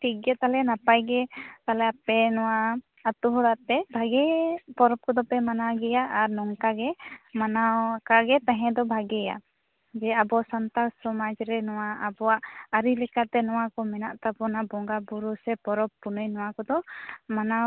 ᱴᱷᱤᱠᱜᱮᱭᱟ ᱛᱟᱦᱚᱞᱮ ᱱᱟᱯᱟᱭ ᱜᱮ ᱛᱟᱞᱚᱦᱮ ᱟᱯᱮ ᱱᱚᱣᱟ ᱟᱹᱛᱩ ᱦᱚᱲᱟᱛᱮ ᱵᱷᱟᱹᱜᱤ ᱜᱮ ᱯᱚᱨᱚᱵᱽ ᱠᱚᱜᱚ ᱯᱮ ᱢᱟᱱᱟᱣ ᱜᱮᱭᱟ ᱟᱨ ᱱᱚᱝᱠᱟ ᱜᱮ ᱢᱟᱱᱟᱣᱟᱠᱟᱜᱮ ᱛᱟᱦᱮᱸ ᱫᱚ ᱵᱷᱟᱹᱜᱤᱭᱟ ᱡᱮ ᱟᱵᱚ ᱥᱟᱱᱛᱟᱲ ᱥᱚᱢᱟᱡᱽ ᱨᱮ ᱟᱵᱚ ᱱᱚᱣᱟ ᱟᱵᱚᱣᱟᱜ ᱟᱹᱨᱤ ᱞᱮᱠᱟᱛᱮ ᱱᱚᱣᱟ ᱠᱚ ᱢᱮᱱᱟᱜ ᱛᱟᱵᱚᱱᱟ ᱵᱚᱸᱜᱟ ᱵᱩᱨᱩ ᱥᱮ ᱯᱚᱨᱚᱵᱽ ᱯᱩᱱᱟᱹᱭ ᱱᱚᱣᱟ ᱠᱚᱫᱚ ᱢᱟᱱᱟᱣ